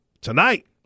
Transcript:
tonight